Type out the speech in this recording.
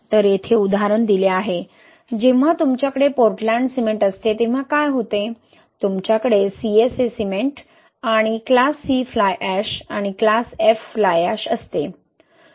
तर येथे उदाहरण दिले आहे जेव्हा तुमच्याकडे पोर्टलँड सिमेंट असते तेव्हा काय होते तुमच्याकडे CSA सिमेंट आणि क्लास C फ्लाय ऍश आणि क्लास F फ्लाय ऍश असते